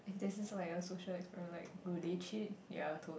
and this is like a social experiment like do they cheat ya tote